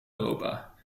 europa